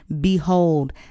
behold